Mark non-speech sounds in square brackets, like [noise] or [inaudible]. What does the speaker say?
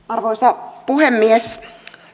[unintelligible] arvoisa puhemies